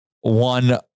one